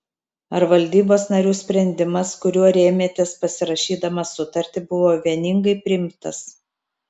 ar valdybos narių sprendimas kuriuo rėmėtės pasirašydamas sutartį buvo vieningai priimtas